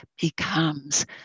becomes